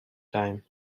time